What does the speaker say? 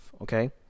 okay